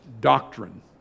doctrine